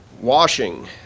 Washing